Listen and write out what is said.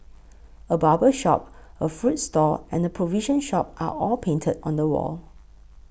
a barber shop a fruit stall and provision shop are all painted on the wall